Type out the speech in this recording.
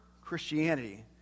Christianity